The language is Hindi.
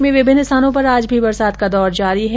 प्रदेश में विभिन्न स्थानों पर आज भी बरसात का दौर जारी हैं